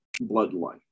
bloodline